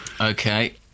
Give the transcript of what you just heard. Okay